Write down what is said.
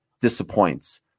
disappoints